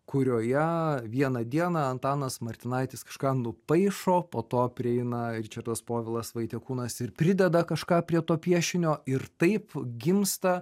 kurioje vieną dieną antanas martinaitis kažką nupaišo po to prieina ir čia tas povilas vaitekūnas ir prideda kažką prie to piešinio ir taip gimsta